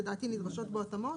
לדעתי נדרשות בו התאמות.